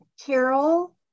Carol